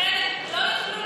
אחרת לא יוכלו להסתובב חופשי,